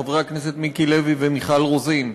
חברי הכנסת מיקי לוי ומיכל רוזין.